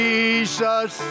Jesus